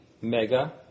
mega